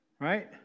Right